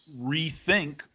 rethink